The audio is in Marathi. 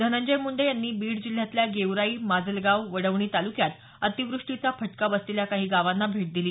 धनंजय मुंडे यांनी बीड जिल्ह्यातल्या गेवराई माजलगाव वडवणी ताल्क्यात अतिव्रष्टीचा फटका बसलेल्या काही गावांना भेट दिली